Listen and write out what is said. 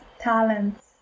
talents